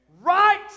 Right